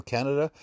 Canada